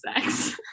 sex